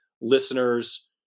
listeners